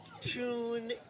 tune